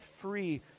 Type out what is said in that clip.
free